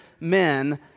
men